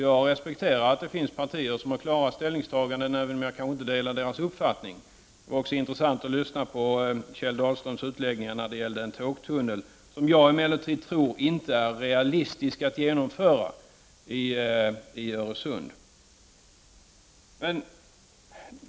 Jag respekterar att det finns partier som har klara ställningstaganden, även om jag kanske inte delar deras uppfattning. Det var också intressant att lyssna på Kjell Dahlströms utläggningar rörande en tågtunnel, vilken jag emellertid tror att det inte är realistiskt att genomföra i Öresund.